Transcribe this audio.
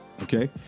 Okay